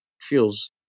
feels